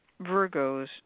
Virgos